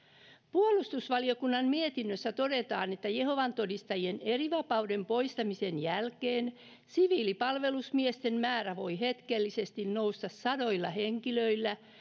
puolustusvaliokunnan mietinnössä todetaan että jehovan todistajien erivapauden poistamisen jälkeen siviilipalvelusmiesten määrä voi hetkellisesti nousta sadoilla henkilöillä